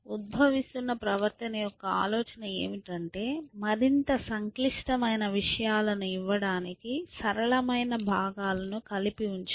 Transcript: ఉద్భవిస్తున్న ప్రవర్తన యొక్క ఆలోచన ఏమిటంటే మరింత సంక్లిష్టమైన విషయాలను ఇవ్వడానికి సరళమైన భాగాలను కలిపి ఉంచడం